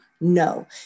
No